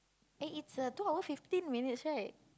eh is a two hour fifteen minutes right